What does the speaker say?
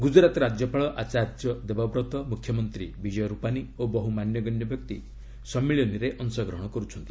ଗୁକୁରାତ୍ ରାଜ୍ୟପାଳ ଆଚାର୍ଯ୍ୟ ଦେବବ୍ରତ ମୁଖ୍ୟମନ୍ତ୍ରୀ ବିଜୟ ରୁପାନୀ ଓ ବହୁ ମାନ୍ୟଗଣ୍ୟ ବ୍ୟକ୍ତି ସମ୍ମିଳନୀରେ ଅଂଶଗ୍ରହଣ କରୁଛନ୍ତି